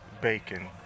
bacon